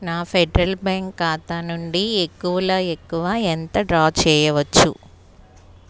నా Federal Bank ఖాతా నుండి ఎక్కువలో ఎక్కువ ఎంత డ్రా చేయవచ్చు